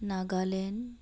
Nagaland